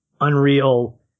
unreal